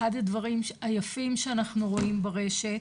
אחד הדברים היפים שאנחנו רואים ברשת,